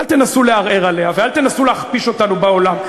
אל תנסו לערער עליה ואל תנסו להכפיש אותנו בעולם.